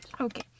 okay